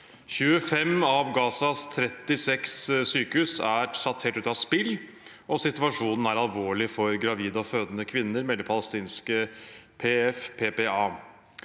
25 av Gazas 36 sykehus er satt helt ut av spill, og situasjonen er alvorlig for gravide og fødende kvinner, melder palestinske PFPPA.